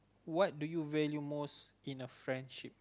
what do you value most in a friendship